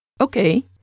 Okay